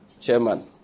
chairman